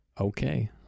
Okay